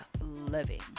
Living